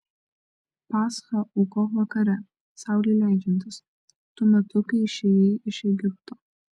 paschą aukok vakare saulei leidžiantis tuo metu kai išėjai iš egipto